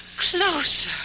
closer